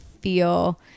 feel